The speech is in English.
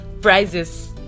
prizes